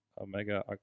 Omega